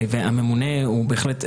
אנחנו מעלים את סוגיית הניצול.